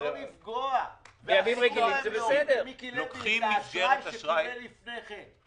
אסור להם להוריד למיקי לוי את האשראי שקיבל לפני כן.